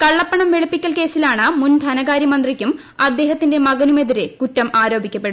കളളപണം വെളുപ്പിക്കൽ കേസിലാണ് മുൻ ധനകാര്യ മന്ത്രിക്കും അദ്ദേഹൃത്തിന്റെ മകനുമെതിരെ കുറ്റം ആരോപിക്കപ്പെടുന്നത്